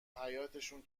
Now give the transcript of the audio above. حیاطشون